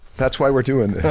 that's why we're doing